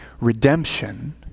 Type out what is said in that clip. redemption